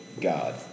God